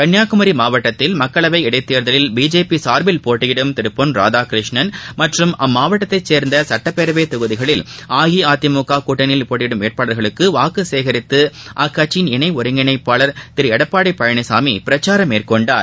கன்னியாகுமரி மாவட்டத்தில் மக்களவை இடைத்தேர்தலில் பிஜேபி சார்பில் போட்டியிடும் திரு பொன் ராதாகிருஷ்ணன் மற்றும் அம்மாவட்டத்தைச் சேர்ந்த சுட்டப்பேரவைத் தொகுதிகளில் அஇஅதிமுக கூட்டணியில் போட்டியிடும் வேட்பாளர்களுக்கு வாக்கு சேகரித்து அக்கட்சியின் இனை ஒருங்கிணைப்பாளர் திரு எடப்பாடி பழனிசாமி பிரச்சாரம் மேற்கொண்டார்